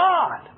God